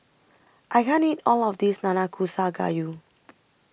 I can't eat All of This Nanakusa Gayu